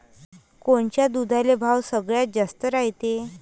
कोनच्या दुधाले भाव सगळ्यात जास्त रायते?